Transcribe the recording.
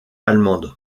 allemande